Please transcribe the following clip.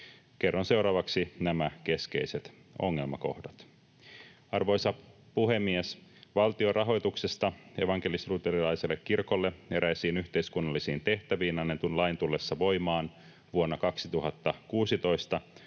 Kerron seuraavaksi nämä keskeiset ongelmakohdat. Arvoisa puhemies! Valtion rahoituksesta evankelis-luterilaiselle kirkolle eräisiin yhteiskunnallisiin tehtäviin annetun lain tullessa voimaan vuonna 2016